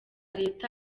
leta